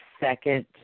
Second